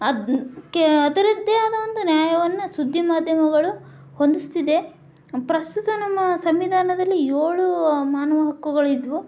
ಅದ್ನ ಕೆ ಅದರದ್ದೇ ಆದ ಒಂದು ನ್ಯಾಯವನ್ನು ಸುದ್ದಿ ಮಾಧ್ಯಮಗಳು ಹೊಂದಿಸ್ತಿದೆ ಪ್ರಸ್ತುತ ನಮ್ಮ ಸಂವಿಧಾನದಲ್ಲಿ ಏಳು ಮಾನವ ಹಕ್ಕುಗಳು ಇದ್ದವು